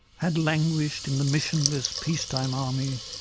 had languished in the missionless peacetime army,